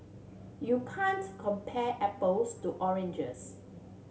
you can't compare apples to oranges